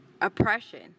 oppression